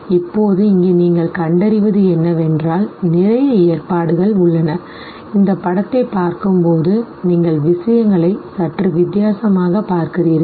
இப்போது இங்கே நீங்கள் கண்டறிவது என்னவென்றால் நிறைய ஏற்பாடுகள் உள்ளன இந்த படத்தைப் பார்க்கும்போது நீங்கள் விஷயங்களை சற்று வித்தியாசமாகப் பார்க்கிறீர்கள்